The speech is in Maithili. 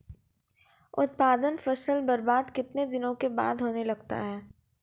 उत्पादन फसल बबार्द कितने दिनों के बाद होने लगता हैं?